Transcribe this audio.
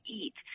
eat